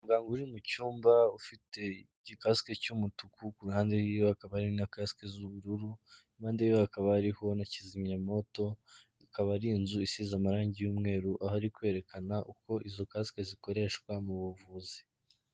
Umuganga uri mu cyumba ufite igikasike cy'umutuku, ku ruhande rw'iwe hakaba ari na kasike z'ubururu, impande ye hakaba ariho na kizimyamwoto, ikaba ari inzu isize amarangi icyumweru aha ari kwerekana uko izo kasike zikoreshwa mu buvuzi.